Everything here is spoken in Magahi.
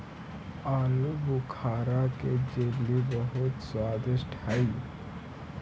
आलूबुखारा के जेली बहुत स्वादिष्ट हई